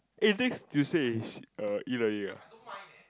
eh next Tuesday is uh E learning ah